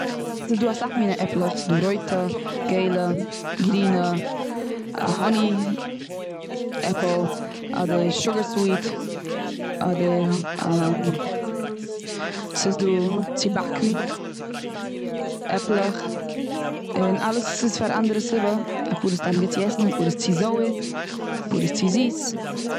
ס'איז דא אסאך מיני עפלעך. ס'איז דא רויטע, געלע, גרינע, א האני עפל, אדער סוגער סוויט, אדער ס'איז דא צו באקן, עפלעך. און אלעס ס'איז פאר אנדערער סיבה, אפאר איז סתם גוט צו עסן, אפאר איז צו זויער, אפאר איז צו זיס.